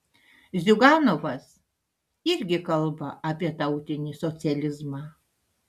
ziuganovas irgi kalba apie tautinį socializmą